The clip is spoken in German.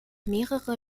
mehrere